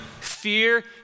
fear